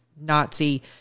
Nazi